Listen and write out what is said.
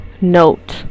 note